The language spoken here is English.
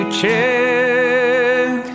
check